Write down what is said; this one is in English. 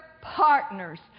partners